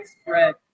spread